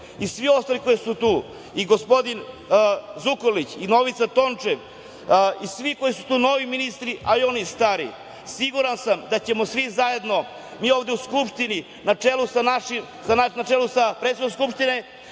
I svi ostali koji su tu i gospodin Zukorlić i Novica Tončev i svi koji su tu novi ministri, a i oni stari, siguran sam da ćemo svi zajedno mi ovde u Skupštini, na čelu sa predsednicom Skupštine,